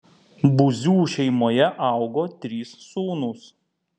buzių šeimoje augo trys sūnūs